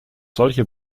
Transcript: solche